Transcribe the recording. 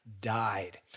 died